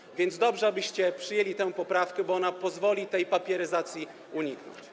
Dobrze więc, abyście przyjęli tę poprawkę, bo ona pozwoli tej papieryzacji uniknąć.